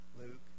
Luke